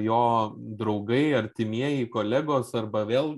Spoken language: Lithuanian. jo draugai artimieji kolegos arba vėl